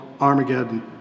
Armageddon